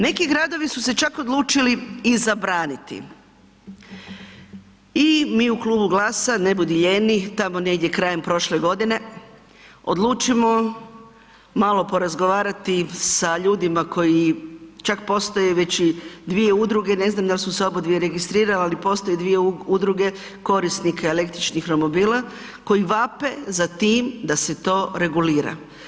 Neki gradovi su se čak odlučili i zabraniti i mi u Klubu GLAS-a, ne budi lijeni, tamo negdje krajem prošle godine odlučimo malo porazgovarati sa ljudima koji, čak postoje već i dvije udruge, ne znam je li su se obadvije registrirale, ali postoje dvije udruge korisnika električnih romobila koji vape za tim da se to regulira.